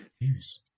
News